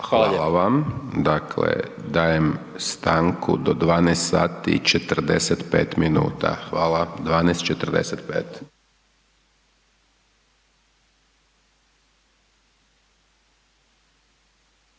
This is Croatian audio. Hvala. Dakle dajem stanku do 12,45 sati. Hvala. 12,45.